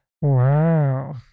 Wow